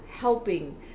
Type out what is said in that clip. helping